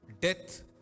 death